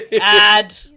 Add